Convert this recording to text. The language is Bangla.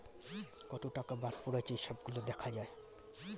কত টাকা বাদ পড়েছে এই সব গুলো দেখা যায়